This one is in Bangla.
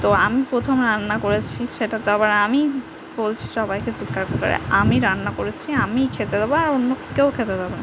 তো আমি প্রথম রান্না করেছি সেটা তো আবার আমিই বলছি সবাইকে চিৎকার করে আমি রান্না করেছি আমিই খেতে দেবো আর অন্য কেউ খেতে দেবে না